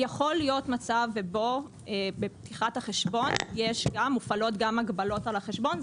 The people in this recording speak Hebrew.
יכול להיות מצב שבו בפתיחת החשבון מופעלות גם הגבלות על החשבון.